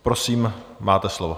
Prosím, máte slovo.